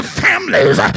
families